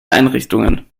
einrichtungen